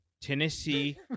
Tennessee